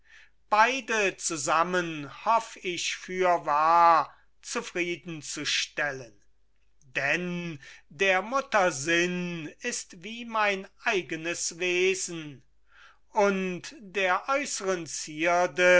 beide zusammen hoff ich fürwahr zufriedenzustellen denn der mutter sinn ist wie mein eigenes wesen und der äußeren zierde